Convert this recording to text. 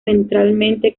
ventralmente